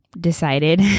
decided